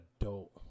adult